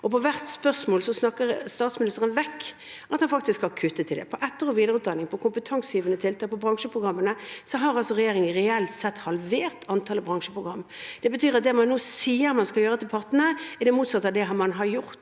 På hvert spørsmål snakker statsministeren vekk at han faktisk har kuttet – i etter- og videreutdanning, i kompetansegivende tiltak, i bransjeprogrammene. Regjeringen har altså reelt sett halvert antallet bransjeprogram. Det betyr at det man nå sier til partene at man skal gjøre, er det motsatte av det man har gjort.